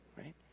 right